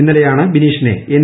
ഇന്നലെയാണ് ബിനീഷിര്ന എൻ